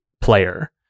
player